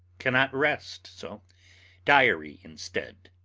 cannot rest, so diary instead.